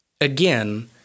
Again